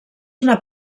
una